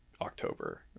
October